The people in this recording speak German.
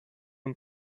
und